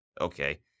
okay